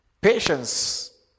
Patience